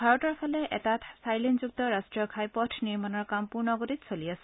ভাৰতৰ ফালে এটা চাৰিলেনযুক্ত ৰাষ্ট্ৰীয় ঘাইপথ নিৰ্মাণৰ কাম পূৰ্ণগতিত চলি আছে